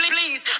Please